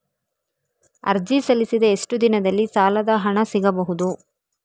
ಅರ್ಜಿ ಸಲ್ಲಿಸಿದ ಎಷ್ಟು ದಿನದಲ್ಲಿ ಸಾಲದ ಹಣ ಸಿಗಬಹುದು?